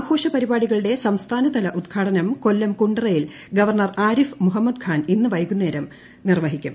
ആഘോഷപരിപാടികളുടെ സംസ്ഥാനതല ഉദ്ഘാടനം കൊല്ലം കുണ്ടറയിൽ ഗവർണർ ആരിഫ് മുഹമ്മദ് ഖാൻ ഇന്ന് വൈകുന്നേരം നിർവഹിക്കും